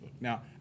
Now